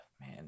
man